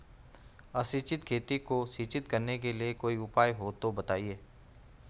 असिंचित खेती को सिंचित करने के लिए कोई उपाय हो तो बताएं?